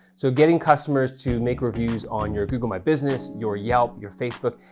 so getting customers to make reviews on your google my business, your yelp, your facebook,